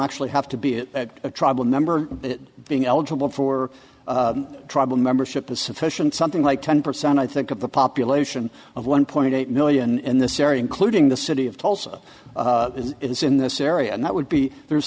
actually have to be a tribal member being eligible for tribal membership is sufficient something like ten percent i think of the population of one point eight million in this area including the city of tulsa is in this area and that would be there's